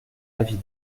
avis